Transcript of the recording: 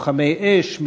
לוחמי אש,